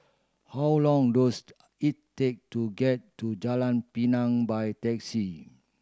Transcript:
how long does it take to get to Jalan Pinang by taxi